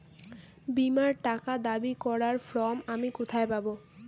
বীমার টাকা দাবি করার ফর্ম আমি কোথায় পাব?